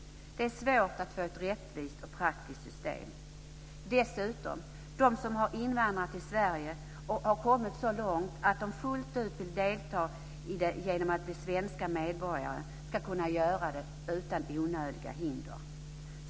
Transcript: Det är svårt att få ett rättvist och praktiskt system. Dessutom, de som har invandrat till Sverige och har kommit så långt att de fullt ut vill delta i samhället genom att bli svenska medborgare ska kunna göra det utan onödiga hinder.